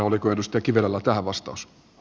oliko edustaja kivelällä tähän vastaus